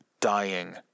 dying